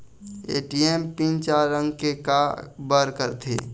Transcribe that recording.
ATM PIN चार अंक के का बर करथे?